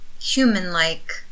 human-like